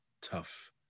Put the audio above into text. tough